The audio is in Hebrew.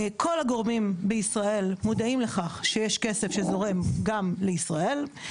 כל הגורמים בישראל מודעים לכך שיש כסף שזורם גם לישראל.